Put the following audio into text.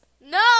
No